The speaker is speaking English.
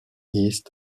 east